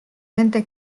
nende